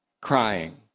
crying